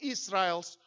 Israel's